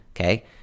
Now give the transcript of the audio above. okay